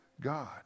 God